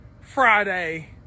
Friday